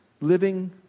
living